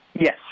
Yes